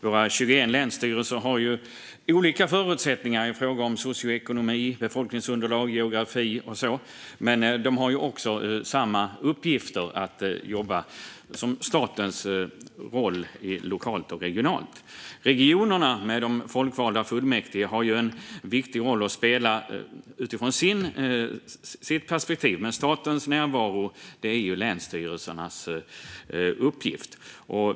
Våra 21 länsstyrelser har olika förutsättningar i fråga om socioekonomi, befolkningsunderlag och geografi, men de har också samma uppgift att verka i statens roll lokalt och regionalt. Regionerna med de folkvalda fullmäktige har en viktig roll att spela utifrån deras perspektiv, men statens närvaro är länsstyrelsernas uppgift.